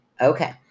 Okay